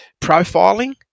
profiling